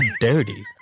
dirty